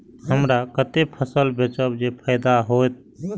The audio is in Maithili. हमरा कते फसल बेचब जे फायदा होयत?